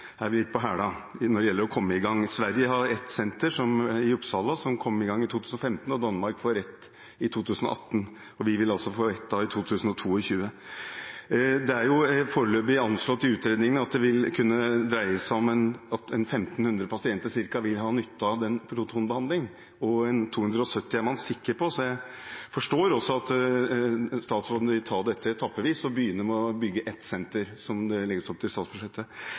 hæla» når det gjelder å komme i gang. Sverige har et senter i Uppsala som kom i gang i 2015, og Danmark får et i 2018. Vi vil altså få et i 2022. Det er foreløpig anslått i utredningen at det vil kunne dreie seg om ca. 1 500 pasienter som vil ha nytte av protonbehandling, og 270 er man sikker på. Jeg forstår at statsråden vil ta dette etappevis, og at man begynner med å bygge ett senter, som det legges opp til i statsbudsjettet.